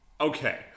Okay